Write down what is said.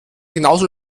genauso